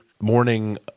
morning